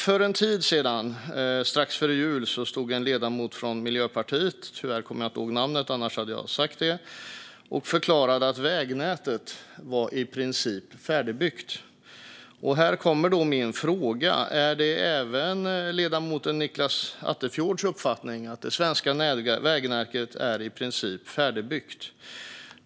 För en tid sedan, strax före jul, stod en ledamot från Miljöpartiet och förklarade att vägnätet i princip är färdigbyggt. Tyvärr kommer jag inte ihåg ledamotens namn - annars hade jag sagt det. Här kommer min fråga: Är det även ledamoten Nicklas Attefjords uppfattning att det svenska vägnätet i princip är färdigbyggt?